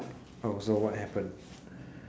so what happened